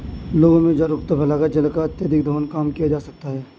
लोगों में जागरूकता फैलाकर जल का अत्यधिक दोहन कम किया जा सकता है